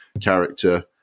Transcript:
character